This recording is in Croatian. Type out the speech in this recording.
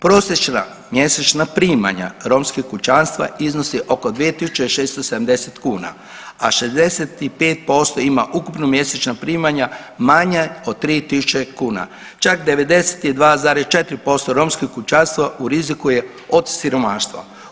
Prosječna mjesečna primanja romskih kućanstva iznosi oko 2.670 kuna, a 65% ima ukupno mjesečna primanja manja od 3.000 kuna, čak 92,4% romskih kućanstva u riziku je od siromaštva.